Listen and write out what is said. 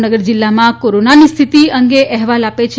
ભાવનગર જિલ્લામાં કરોનાની સ્થિતિ અંગે અહેવાલ આપે છે